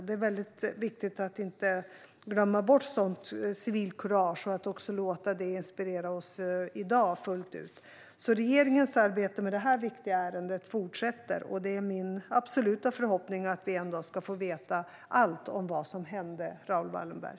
Det är väldigt viktigt att inte glömma bort sådant civilkurage utan låta det inspirera oss fullt ut i dag. Regeringens arbete med detta viktiga ärende fortsätter, och det är min absoluta förhoppning att vi en dag ska få veta allt om vad som hände Raoul Wallenberg.